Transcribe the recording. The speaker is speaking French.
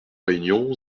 réunion